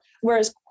whereas